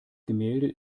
gemälde